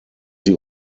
sie